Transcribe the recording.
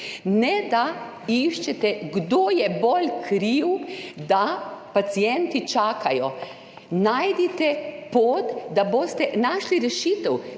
ne da iščete, kdo je bolj kriv, da pacienti čakajo. Najdite pot, da boste našli rešitev.